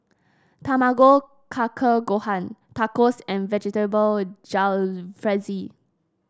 Tamago Kake Gohan Tacos and Vegetable Jalfrezi